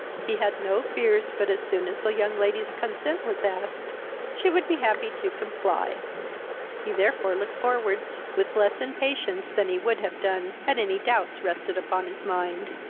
he had no fears but as soon as the young lady's consent was asked, she would be happy to comply he therefore looked forwards with less impatience than he would have done, had any doubts rested upon his mind.